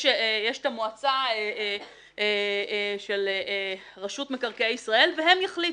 יש את המועצה של רשות מקרקעי ישראל והם יחליטו,